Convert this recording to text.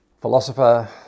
philosopher